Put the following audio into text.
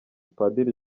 padiri